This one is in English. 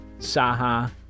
Saha